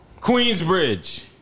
Queensbridge